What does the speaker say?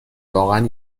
واقعا